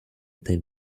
ten